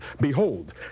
behold